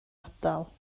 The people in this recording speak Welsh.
ardal